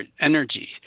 energy